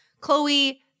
Chloe